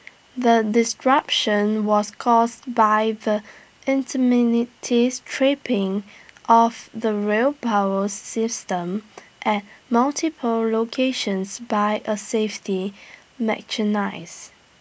the disruption was caused by the tripping of the rail power system at multiple locations by A safety mechanise